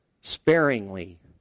sparingly